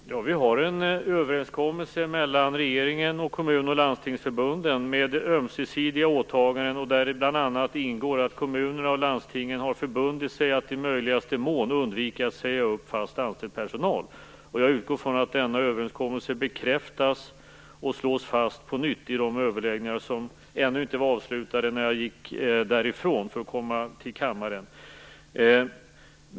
Fru talman! Vi har en överenskommelse mellan regeringen och kommun och landstingsförbunden med ömsesidiga åtaganden, där bl.a. kommunerna och landstingen har förbundit sig att i möjligaste mån undvika att säga upp fast anställd personal. Jag utgår från att denna överenskommelse bekräftas och slås fast på nytt i de överläggningar som ännu inte var avslutade när jag gick därifrån för att komma till kammaren.